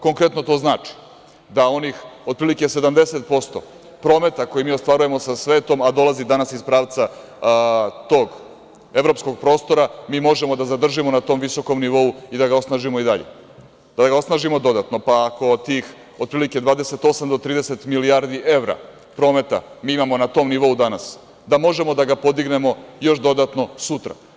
Konkretno, to znači da onih otprilike 70% prometa koje mi ostvarujemo sa svetom, a dolazi danas iz pravca tog evropskog prostora mi možemo da zadržimo na tom visokom nivou i da ga osnažimo i dalje, da ga osnažimo dodatno, pa ako tih otprilike 28 do 30 milijardi evra prometa mi imamo na tom nivou danas, da možemo da ga podignemo još dodatno sutra.